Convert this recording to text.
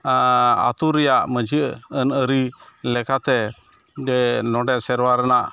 ᱟᱛᱳ ᱨᱮᱭᱟᱜ ᱢᱟᱺᱡᱷᱤ ᱟᱹᱱᱟᱹᱨᱤ ᱞᱮᱠᱟᱛᱮᱜᱮ ᱱᱚᱸᱰᱮ ᱥᱮᱨᱣᱟ ᱨᱮᱱᱟᱜ